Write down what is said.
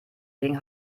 gegen